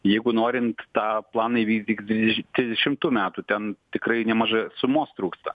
jeigu norint tą planą įvykdyk dvidešimt trisdešimtų metų ten tikrai nemaža sumos trūksta